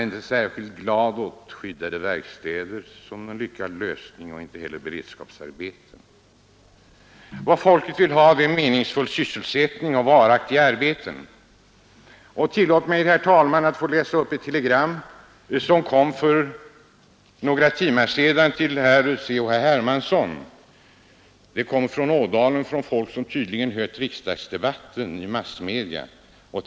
Inte heller är skyddade verkstäder eller beredskapsarbeten någon lyckad lösning. Vad folket vill ha är meningsfull sysselsättning och varaktiga arbeten. Tillåt mig, herr talman, att få läsa upp ett telegram som kom för några timmar sedan C.-H. Hermansson från folk i Ådalen som tydligen hört riksdagsdebatten i massmedierna.